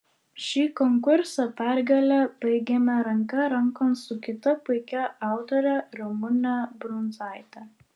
šį konkursą pergale baigėme ranka rankon su kita puikia autore ramune brundzaite